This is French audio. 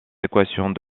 équations